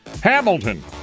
Hamilton